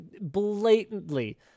blatantly